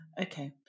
Okay